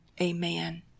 Amen